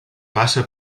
passa